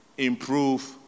improve